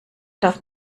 darf